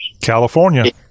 California